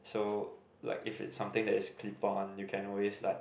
so like if it's something that is clip on you can always like